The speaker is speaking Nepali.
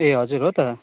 ए हजुर हो त